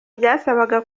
byasabaga